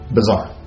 bizarre